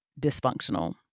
dysfunctional